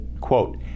quote